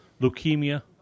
leukemia